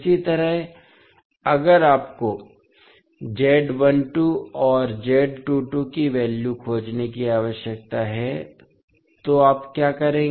इसी तरह अगर आपको और का वैल्यू खोजने की आवश्यकता है तो आप क्या करेंगे